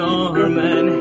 Norman